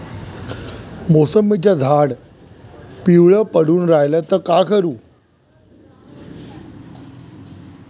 मोसंबीचं झाड पिवळं पडून रायलं त का करू?